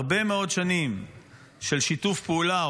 הרבה מאוד שנים של שיתוף פעולה,